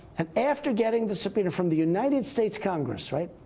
and after getting the subpoena from the united states congress, right?